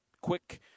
quick